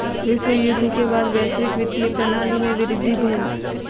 विश्व युद्ध के बाद वैश्विक वित्तीय प्रणाली में वृद्धि भेल